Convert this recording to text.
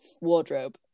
wardrobe